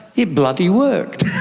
it bloody worked.